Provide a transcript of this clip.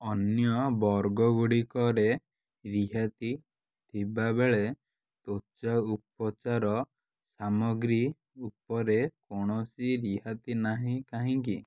ଅନ୍ୟ ବର୍ଗ ଗୁଡ଼ିକରେ ରିହାତି ଥିବାବେଳେ ତ୍ଵଚା ଉପଚାର ସାମଗ୍ରୀ ଉପରେ କୌଣସି ରିହାତି ନାହିଁ କାହିଁକି